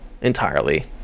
Entirely